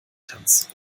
tanz